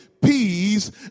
peas